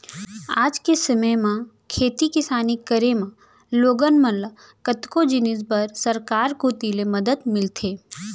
आज के समे म खेती किसानी करे म लोगन मन ल कतको जिनिस बर सरकार कोती ले मदद मिलथे